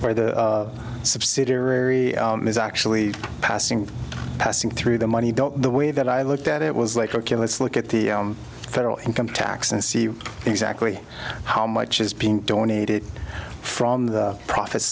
where the subsidiary is actually passing passing through the money the way that i looked at it was like ok let's look at the federal income tax and see exactly how much is being donated from the pro